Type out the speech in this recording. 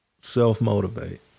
Self-motivate